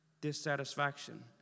Dissatisfaction